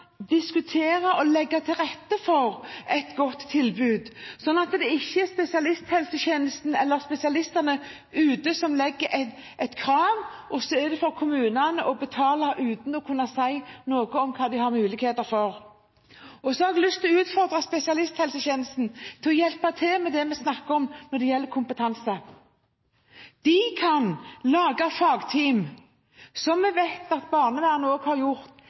diskutere og legge til rette for et godt tilbud, sånn at det ikke er spesialisthelsetjenesten eller spesialistene ute som setter et krav, og så er det for kommunene å betale uten å kunne si noe om hva de har muligheter for. Så har jeg lyst til å utfordre spesialisthelsetjenesten til å hjelpe til når det gjelder kompetanse, som vi har snakket om. De kan lage fagteam, som vi vet at barnevernet også har gjort,